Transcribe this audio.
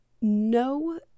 no